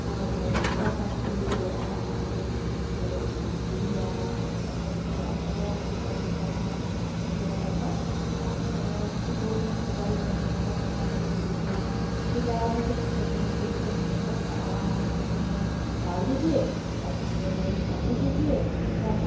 और मैंने गेंदा का फूल भी लगाया है अभी तो उस पर फूल भी आ रहा है बहुत अच्छे से फूल आता है बहुत गेंद पीला है समतुला टाइप पर और उसका मै उसको तोड़ के मैं पूजा भी करती हूँ बहुत अच्छा सा पेड़ हो गया है पेड़ लगाने में कोई झंझट भी नहीं है कोई दिक्कत भी नहीं है बस आराम से माटी में डाल दीजिए और उसको समय समय पर पानी दीजिए थोड़ा